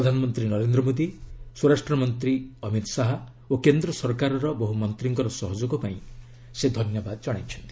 ପ୍ରଧାନମନ୍ତ୍ରୀ ନରେନ୍ଦ୍ର ମୋଦି ସ୍ୱରାଷ୍ଟ୍ରମନ୍ତ୍ରୀ ଅମିତ ଶାହା ଓ କେନ୍ଦ୍ର ସରକାରଙ୍କର ବହୁ ମନ୍ତ୍ରୀଙ୍କ ସହଯୋଗ ପାଇଁ ସେ ଧନ୍ୟବାଦ ଜଣାଇଛନ୍ତି